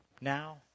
now